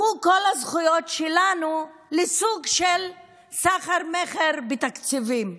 כל הזכויות שלנו הפכו לסוג של סחר מכר בתקציבים,